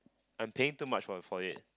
I'm paying too much for for it